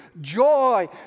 joy